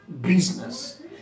business